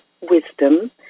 wisdom